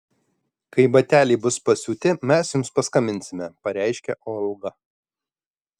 kai bateliai bus pasiūti mes jums paskambinsime pareiškė olga